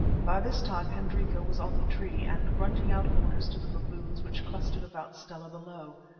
by this time hendrika was on the tree, and grunting out orders to the baboons which clustered about stella below.